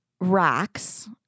racks